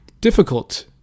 difficult